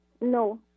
No